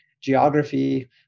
geography